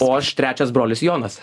o aš trečias brolis jonas